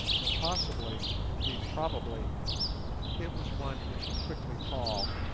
though possibly indeed probably it was one which would quickly pall.